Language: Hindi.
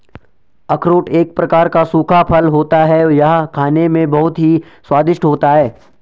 अखरोट एक प्रकार का सूखा फल होता है यह खाने में बहुत ही स्वादिष्ट होता है